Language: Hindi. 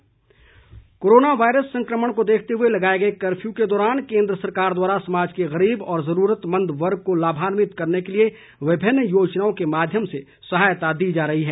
गरीब कल्याण योजना कोरोना वायरस संक्रमण को देखते हुए लगाए गए कफ्यू के दौरान केंद्र सरकार द्वारा समाज के गरीब व जरूरतमंद वर्ग को लाभान्वित करने के लिए विभिन्न योजनाओं के माध्यम से सहायता दी जा रही है